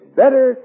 better